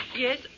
Yes